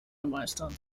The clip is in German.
meistern